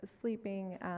sleeping